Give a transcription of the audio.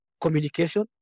communication